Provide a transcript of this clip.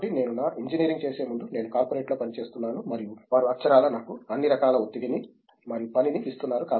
కాబట్టి నేను నా ఇంజనీరింగ్ చేసే ముందు నేను కార్పొరేట్లో పని చేస్తున్నాను మరియు వారు అక్షరాలా నాకు అన్ని రకాల ఒత్తిడిని మరియు పనిని ఇస్తున్నారు